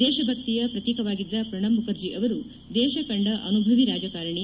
ದೇಶಭಕ್ತಿಯ ಪ್ರತೀಕವಾಗಿದ್ದ ಪ್ರಣಬ್ ಮುಖರ್ಜಿ ಅವರು ದೇಶ ಕಂಡ ಅನುಭವಿ ರಾಜಕಾರಣಿ